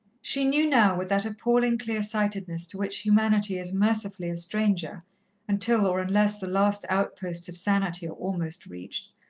she knew now, with that appalling clear-sightedness to which humanity is mercifully a stranger until or unless the last outposts of sanity are almost reached,